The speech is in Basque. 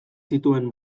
zituen